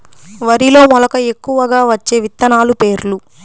వరిలో మెలక ఎక్కువగా వచ్చే విత్తనాలు పేర్లు?